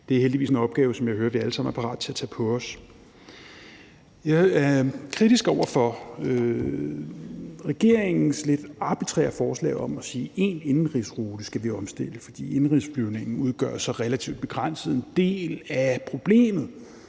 Det er heldigvis en opgave, som jeg hører vi alle sammen er parate til at tage på os. Jeg er kritisk over for regeringens lidt arbitrære forslag om at sige, at vi skal omstille én indenrigsrute, for indenrigsflyvningen udgør så relativt begrænset en del af problemet.